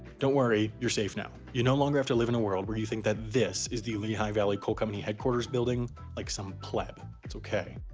don't worry, you're safe now. you no longer have to live in a world where you think this is the lehigh valley coal company headquarters building like some pleb. it's ok.